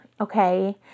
Okay